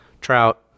Trout